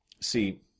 See